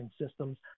systems